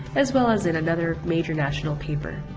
as well as in another major national paper.